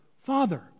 father